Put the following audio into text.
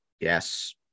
Yes